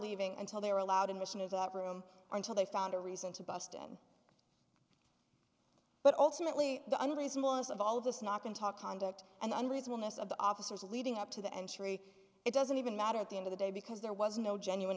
leaving until they were allowed in machine of that room until they found a reason to buston but ultimately the unreasonable us of all of us not going talk on direct and unreasonable ness of the officers leading up to the entry it doesn't even matter at the end of the day because there was no genuine